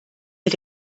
mit